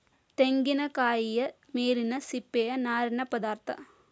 ತೆಂಗಿನಕಾಯಿಯ ಮೇಲಿನ ಸಿಪ್ಪೆಯ ನಾರಿನ ಪದಾರ್ಥ